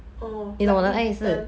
orh lightly beaten